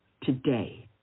today